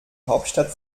hauptstadt